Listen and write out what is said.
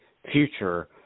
future